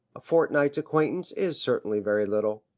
a fortnight's acquaintance is certainly very little.